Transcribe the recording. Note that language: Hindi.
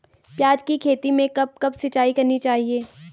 प्याज़ की खेती में कब कब सिंचाई करनी चाहिये?